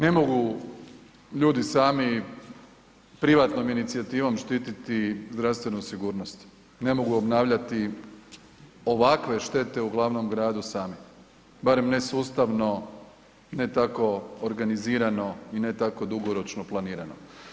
Ne mogu ljudi sami privatnom inicijativom štititi zdravstvenu sigurnost, ne mogu obnavljati ovakve štete u glavnom gradu sami, barem ne sustavno, ne tako organizirano i ne tako dugoročno planirano.